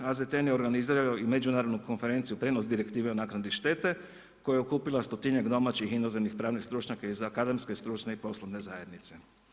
AZTN je organizirao i Međunarodnu konferenciju, prijenos Direktive o naknadi štete koja je okupila stotinjak, domaćih i inozemnih pravnih stručnjaka iz akademske, stručne i poslovne zajednice.